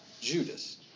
Judas